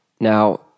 Now